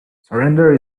surrender